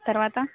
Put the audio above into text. తర్వాత